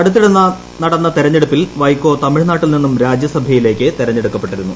അടുത്തിടെ നടന്ന തെരഞ്ഞെടുപ്പിൽ വൈക്കോ തമിഴ്നാട്ടിൽ നിന്നും രാജ്യസഭയിലേക്ക് തെരഞ്ഞെടുക്കപ്പെട്ടിരുന്നു